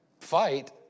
fight